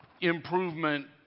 improvement